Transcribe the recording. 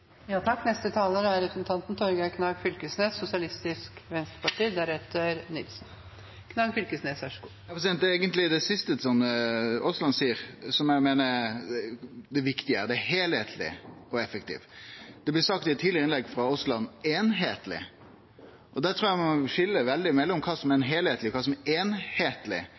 Det er eigentleg det siste Aasland seier, eg meiner er det viktige: heilskapleg og effektiv. «Enhetlig» blei sagt i eit tidlegare innlegg frå Aasland. Der trur eg ein må skilje veldig mellom kva som er heilskapleg, og kva som er